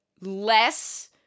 less